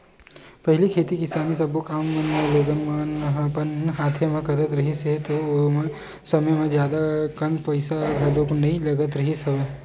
पहिली खेती किसानी के सब्बो काम मन लोगन मन ह अपन हाथे म करत रिहिस हे ता ओ समे म जादा कन पइसा घलो नइ लगत रिहिस हवय